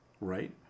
right